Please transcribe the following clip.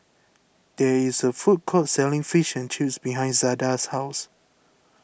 there is a food court selling Fish and Chips behind Zada's house